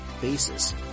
bases